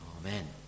Amen